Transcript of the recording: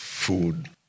food